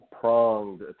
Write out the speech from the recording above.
pronged